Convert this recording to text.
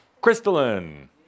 Crystalline